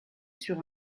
sur